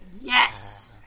yes